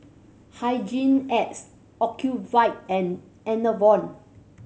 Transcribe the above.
Hygin X Ocuvite and Enervon